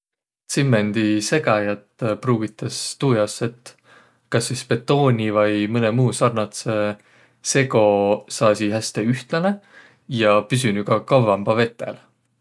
Tsimmendisegäjät pruugitas tuu jaos, et kas sis betooni vai mõnõ muu sarnadsõ sego saasiq häste ühtläne ja püsünüq ka kavvampa vetel.